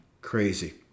Crazy